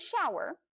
shower